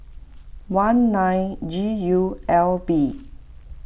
one nine G U L B